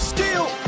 Steel